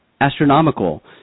astronomical